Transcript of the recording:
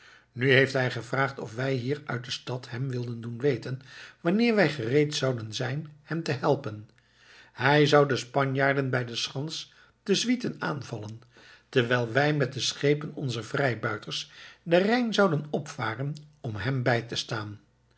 nu heeft hij gevraagd of wij hier uit de stad hem wilden doen weten wanneer wij gereed zouden zijn hem te helpen hij zou de spanjaarden bij de schans te zwieten aanvallen terwijl wij met de schepen onzer vrijbuiters den rijn zouden opvaren om hem bij te staan